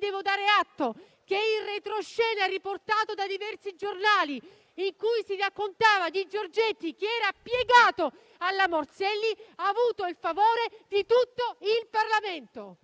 Devo dare atto che il retroscena riportato da diversi giornali, in cui si raccontava di Giorgetti che era piegato alla Morselli, ha avuto il favore di tutto il Parlamento.